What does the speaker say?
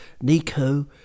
Nico